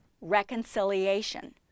Reconciliation